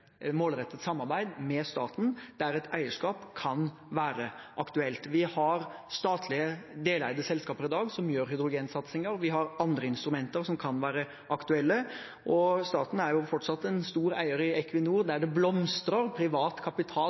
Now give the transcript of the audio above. målrettet samarbeid med staten, der et eierskap kan være aktuelt. Vi har statlig deleide selskaper i dag som satser på hydrogen, og vi har andre instrumenter som kan være aktuelle. Staten er fortsatt en stor eier i Equinor, der det blomstrer privat kapital